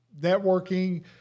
networking